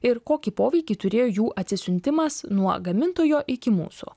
ir kokį poveikį turėjo jų atsisiuntimas nuo gamintojo iki mūsų